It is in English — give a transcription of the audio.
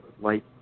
light